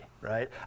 right